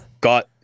Got